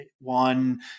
one